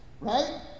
right